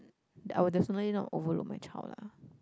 that I'll definitely not overlook my child lah